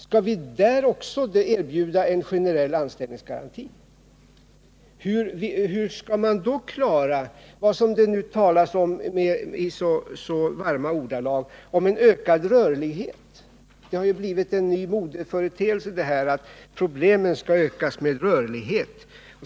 Skall vi där också erbjuda en generell anställningsgaranti? Hur skall man då klara vad som nu talas om i så varma ordalag, en ökad rörlighet? Det har ju blivit en ny modeföreteelse att problemen skall lösas med rörlighet.